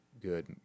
good